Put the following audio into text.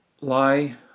lie